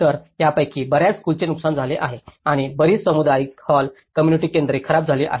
तर यापैकी बर्याच स्कूलंचे नुकसान झाले आहे आणि बरीच सामुदायिक हॉल कोम्मुनिटी केंद्रे खराब झाली आहेत